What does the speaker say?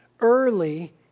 early